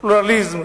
פלורליזם,